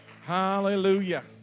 Hallelujah